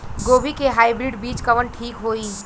गोभी के हाईब्रिड बीज कवन ठीक होई?